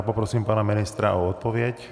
Poprosím pana ministra o odpověď.